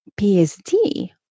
PSD